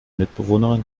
mitbewohnerin